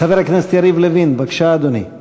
חבר הכנסת יריב לוין, בבקשה, אדוני.